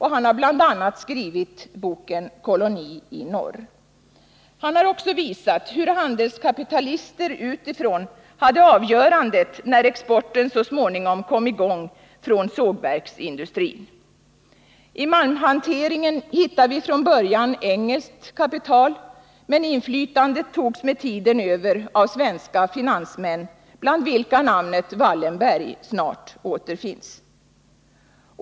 Han har bl.a. skrivit boken Koloni i norr. Han har också visat hur handelskapitalister utifrån hade avgörandet när exporten så småningom kom i gång från sågverksindustrin. I malmhanteringen hittar vi från början engelskt kapital, men inflytandet togs med tiden över av svenska finansmän, bland vilka namnet Wallenberg snart återfinns.